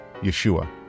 Yeshua